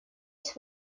есть